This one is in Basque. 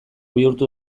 bihurtu